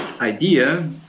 idea